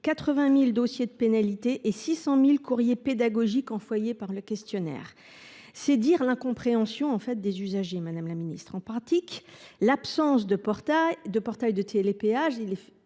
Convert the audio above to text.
80 000 dossiers de pénalités et 600 000 « courriers pédagogiques » envoyés par le concessionnaire. C’est dire l’incompréhension des utilisateurs ! En pratique, l’absence de portail de télépéage